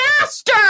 Master